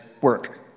work